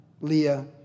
leah